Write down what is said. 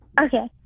Okay